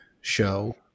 show